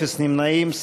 אפס נמנעים.